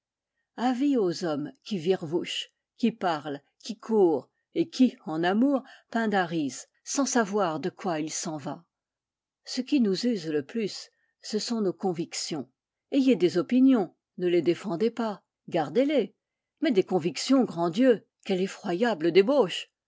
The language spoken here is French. avis aux hommes qui virvouchent qui parlent qui courent et qui en amour pindarisent sans savoir de quoi il s'en va ce qui nous use le plus ce sont nos convictions ayez des opinions ne les défendez pas gardez-les mais des convictions grand dieu quelle effroyable débauche